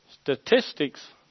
statistics